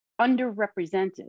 underrepresented